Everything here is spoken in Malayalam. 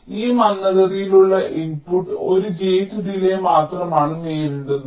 ഈ മന്ദഗതിയിലുള്ള ഇൻപുട്ട് ഒരു ഗേറ്റ് ഡിലേയ് മാത്രമാണ് നേരിടുന്നത്